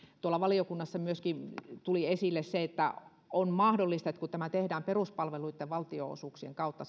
tuolla valiokunnassa myöskin tuli esille että on mahdollista että kun tämä tasaus sitten tehdään peruspalveluitten valtionosuuksien kautta